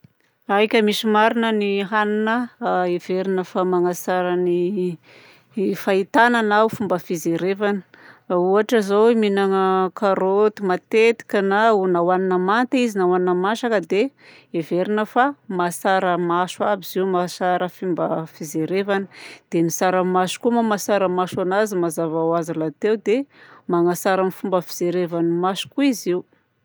Aika, misy marina ny hanina a heverina fa manatsara ny fahitana na fomba fijerevana. Ohatra izao mihinagna karaoty matetika na o- ohanina manta izy na ohanina masaka dia heverina fa mahatsara maso aby izy io, mahatsara fomba fijerevana. Dia ny tsaramaso koa moa amin'ny maha-tsaramaso azy lahateo dia manatsara ny fomba fijerevan'ny maso koa izy io.